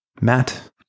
Matt